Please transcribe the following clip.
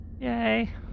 Yay